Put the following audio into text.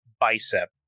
bicep